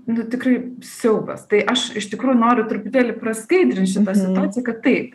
nu tikrai siaubas tai aš iš tikrųjų noriu truputėlį praskaidrint šitą situaciją kad taip